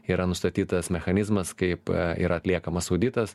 yra nustatytas mechanizmas kaip yra atliekamas auditas